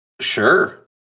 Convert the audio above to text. Sure